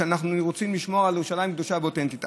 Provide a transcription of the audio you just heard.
שאנחנו רוצים לשמור על ירושלים קדושה ואותנטית.